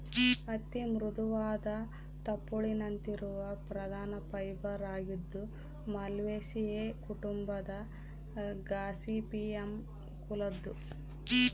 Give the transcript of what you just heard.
ಹತ್ತಿ ಮೃದುವಾದ ತುಪ್ಪುಳಿನಂತಿರುವ ಪ್ರಧಾನ ಫೈಬರ್ ಆಗಿದ್ದು ಮಾಲ್ವೇಸಿಯೇ ಕುಟುಂಬದ ಗಾಸಿಪಿಯಮ್ ಕುಲದ್ದು